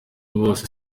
bose